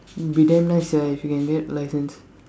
will be damn nice eh if you can get license